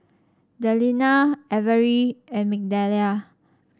Delina Averi and Migdalia